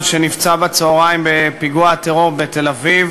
שנפצע בצהריים בפיגוע הטרור בתל-אביב,